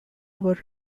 were